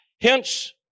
hence